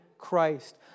Christ